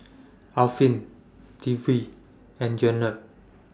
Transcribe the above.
Afiq Dwi and Jenab